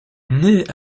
née